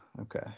Okay